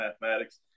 mathematics